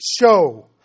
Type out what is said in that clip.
show